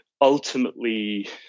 ultimately